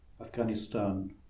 Afghanistan